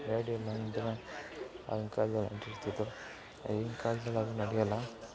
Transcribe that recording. radio ಇಲ್ಲ ಅಂದ್ರೆ ಆಗಿನ ಕಾಲ್ದಲ್ಲಿ ಇರ್ತಿತ್ತು ಈಗಿನ ಕಾಲ್ದಲ್ಲಿ ಅದು ನಡೆಯಲ್ಲ